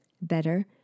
better